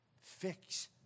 Fix